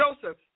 Joseph